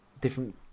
different